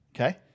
Okay